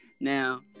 Now